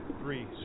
three